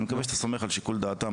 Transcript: אני מקווה שאתה סומך על שיקול דעתם.